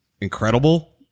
incredible